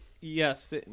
Yes